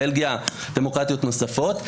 בלגיה ודמוקרטיות נוספות.